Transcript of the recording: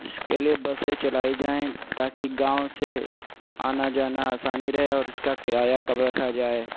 اس کے لیے بسیں چلائی جائیں تاکہ گاؤں سے آنا جانا آسانی رہے اور اس کا کرایہ کم رکھا جائے